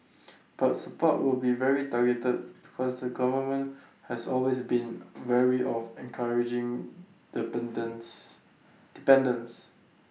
but support will be very targeted because the government has always been wary of encouraging dependence dependence